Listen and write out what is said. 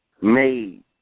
made